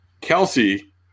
Kelsey